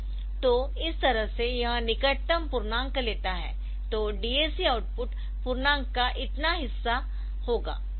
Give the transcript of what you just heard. तो इस तरह से यह निकटतम पूर्णांक लेता है तो DAC आउटपुट पूर्णांक का इतना हिस्सा होगा